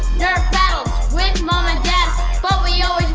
nerf battles with mom and dad but we always